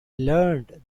learned